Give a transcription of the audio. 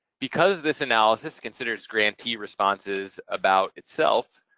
because this analysis considers grantee responses about itself,